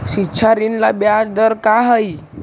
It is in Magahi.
शिक्षा ऋण ला ब्याज दर का हई?